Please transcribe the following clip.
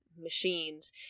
machines